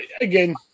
again